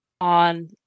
on